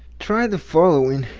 try the following